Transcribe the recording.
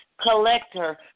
collector